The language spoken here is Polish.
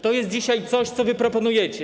To jest dzisiaj coś, co wy proponujecie.